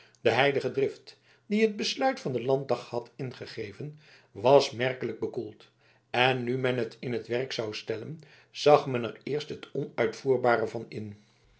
de heilige drift die het besluit van den landdag had ingegeven was merkelijk bekoeld en nu men het in t werk zou stellen zag men er eerst het onuitvoerbare van in